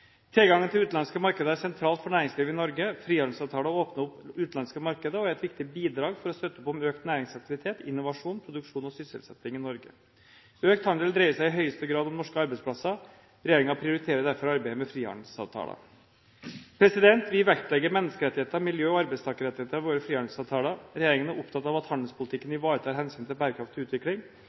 Tilgangen til utenlandske markeder er sentralt for næringslivet i Norge. Frihandelsavtaler åpner opp utenlandske markeder og er et viktig bidrag for å støtte opp om økt næringsaktivitet, innovasjon, produksjon og sysselsetting i Norge. Økt handel dreier seg i høyeste grad om norske arbeidsplasser. Regjeringen prioriterer derfor arbeidet med frihandelsavtaler. Vi vektlegger menneskerettigheter, miljø og arbeidstakerrettigheter i våre frihandelsavtaler. Regjeringen er opptatt av at handelspolitikken ivaretar hensynet til bærekraftig utvikling.